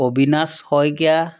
Abinash Saikia